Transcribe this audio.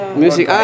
music